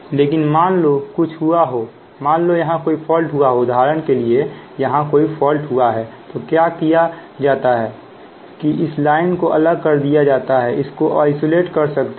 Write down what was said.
लेकिन मान लो कुछ हुआ हो मान लो यहां कोई फॉल्ट हुआ हैउदाहरण के लिए यहां कोई फॉल्ट हुआ है तो क्या किया जाता है कि इस लाइन को अलग कर दिया जाता है इसको आइसोलेट कर सकते हैं